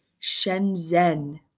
Shenzhen